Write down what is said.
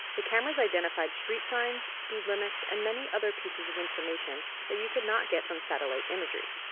the cameras identified street signs, speed limits and many other pieces of information that you could not get from satellite imagery.